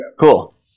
Cool